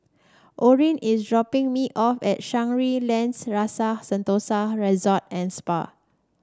Orin is dropping me off at Shangri La's Rasa Sentosa Resort and Spa